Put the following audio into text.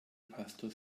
pastor